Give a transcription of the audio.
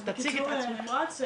אז בקיצור נמרץ.